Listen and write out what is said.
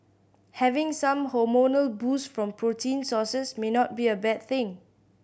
having some hormonal boost from protein sources may not be a bad thing